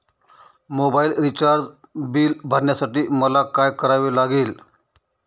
Mobile recharge bill भरण्यासाठी मला काय करावे लागेल?